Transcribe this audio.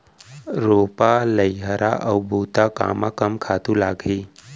रोपा, लइहरा अऊ बुता कामा कम खातू लागही?